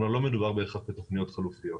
כלומר, לא מדובר בהכרח בתוכניות חלופיות.